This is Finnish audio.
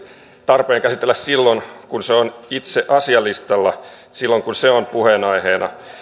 tarpeen käsitellä silloin kun se itse on asialistalla silloin kun se on puheenaiheena